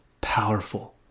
powerful